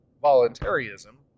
voluntarism